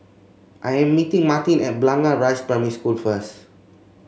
I am meeting Martin at Blangah Rise Primary School first